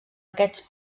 aquests